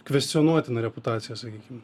kvestionuotiną reputaciją sakykim